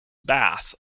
bath